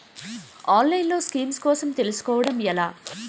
ఆన్లైన్లో స్కీమ్స్ కోసం తెలుసుకోవడం ఎలా?